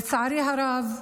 לצערי הרב,